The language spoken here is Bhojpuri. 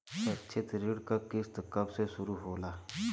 शैक्षिक ऋण क किस्त कब से शुरू होला?